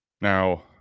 now